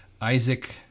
Isaac